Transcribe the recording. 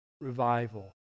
revival